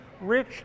rich